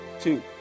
two